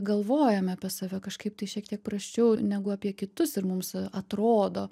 galvojam apie save kažkaip tai šiek tiek prasčiau negu apie kitus ir mums atrodo